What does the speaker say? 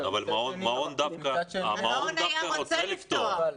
המעון דווקא היה רוצה לפתוח.